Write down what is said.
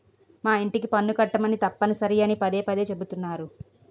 మా యింటికి పన్ను కట్టమని తప్పనిసరి అని పదే పదే చెబుతున్నారు